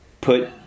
put